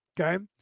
Okay